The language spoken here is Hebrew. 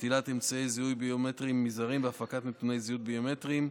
התשפ"ב 2022, מ/1513,